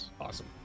Awesome